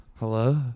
Hello